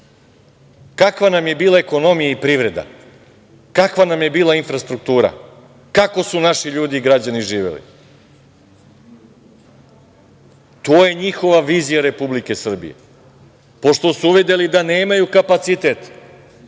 kakva nam je bila ekonomija i privreda, kakva nam je bila infrastruktura, kako su naši ljudi i građani živeli. To je njihova vizija Republike Srbije, pošto su uvideli da nemaju kapacitet